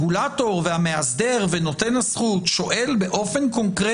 מה קורה עם הרגולטורים האחרים בתחום הרווחה?